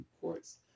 courts